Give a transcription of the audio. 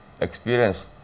experience